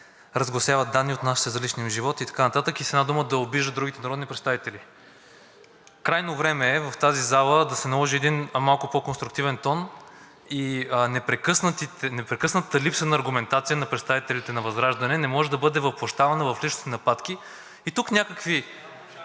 разгласяват данни, отнасящи се за личния им живот“ и така нататък и с една дума, да обиждат другите народни представители. Крайно време е в тази зала да се наложи един малко по-конструктивен тон. Непрекъснатата липса на аргументация на представителите на ВЪЗРАЖДАНЕ не може да бъде въплъщавана в личностни нападки. Тук някакви